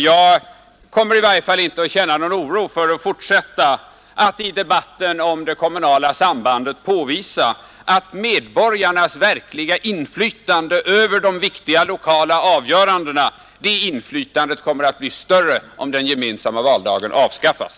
Jag kommer i varje fall inte att känna någon oro för att fortsätta att i debatten om det kommunala sambandet påvisa att medborgarnas verkliga inflytande över de viktiga lokala avgörandena kommer att bli större om den gemensamma valdagen avskaffas.